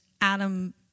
Adam